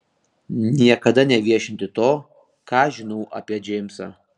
niekada neviešinti to ką žinau apie džeimsą